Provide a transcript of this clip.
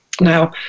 Now